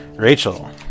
Rachel